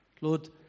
Lord